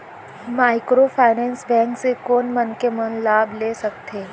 Microfinance bank से कोन मनखे मन लाभ ले सकथे?